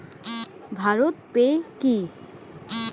Bharat pay কি?